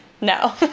no